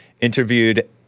interviewed